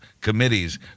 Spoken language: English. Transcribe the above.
committees